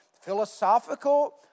philosophical